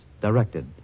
directed